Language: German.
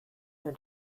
nur